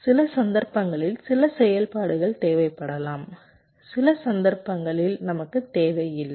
சில சந்தர்ப்பங்களில் சில செயல்பாடுகள் தேவைப்படலாம் சில சந்தர்ப்பங்களில் நமக்குத் தேவையில்லை